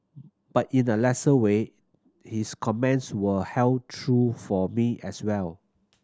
but in a lesser way his comments will held true for me as well